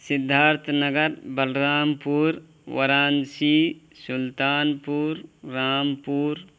Siddharth Nagar Balrampur Varanasi Sultanpur Rampur